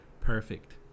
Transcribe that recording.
perfect